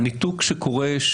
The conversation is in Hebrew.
הניתוק שקורה,